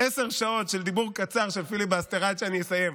עשר שעות דיבור קצר של פיליבסטר עד שאסיים.